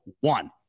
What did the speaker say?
one